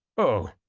oh,